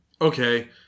Okay